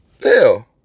Hell